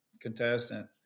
contestant